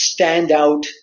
standout